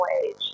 wage